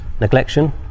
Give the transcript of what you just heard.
neglection